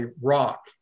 rock